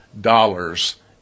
dollars